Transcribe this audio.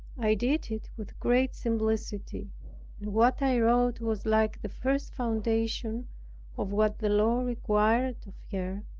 i did it with great simplicity and what i wrote was like the first foundation of what the lord required of her,